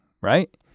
right